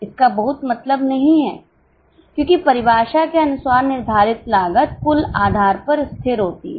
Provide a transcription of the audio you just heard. इसका बहुत मतलब नहीं है क्योंकि परिभाषा के अनुसार निर्धारित लागत कुल आधार पर स्थिर होती है